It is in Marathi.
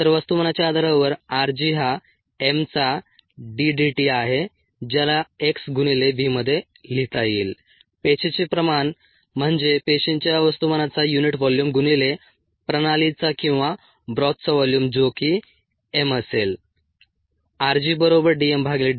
तर वस्तुमानाच्या आधारावर r g हा m चा d dt आहे ज्याला x गुणिले V मध्ये लिहिता येईल पेशीचे प्रमाण म्हणजे पेशींच्या वस्तुमानाचा युनिट व्हॉल्यूम गुणिले प्रणालीचा किंवा ब्रॉथचा व्हॉल्यूम जो की m असेल